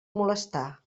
molestar